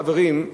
חברים,